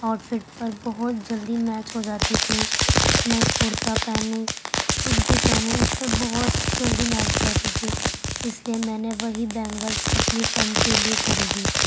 out fit پر بہت جلدی میچ ہو جاتی تھی میں کرتا پہنوں کچھ بھی پہنوں اس پہ بہت جلدی میچ ہو جاتی تھی اس لیے میں نے وہی بینگلس اپنی فرینڈ کے لیے خریدی